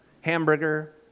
Hamburger